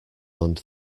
under